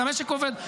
את המשק עובד,